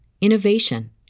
innovation